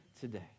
today